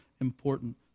important